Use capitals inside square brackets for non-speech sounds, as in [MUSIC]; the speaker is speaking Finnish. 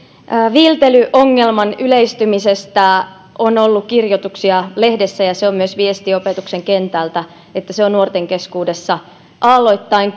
viiltelyongelman yleistymisestä on ollut kirjoituksia lehdessä ja on myös viesti opetuksen kentältä että se on nuorten keskuudessa aalloittain [UNINTELLIGIBLE]